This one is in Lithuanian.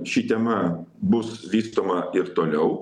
ši tema bus vystoma ir toliau